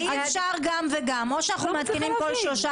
אני מבין, אז הם לא צריכים כל פעם לשלוח